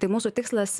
tai mūsų tikslas